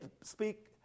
speak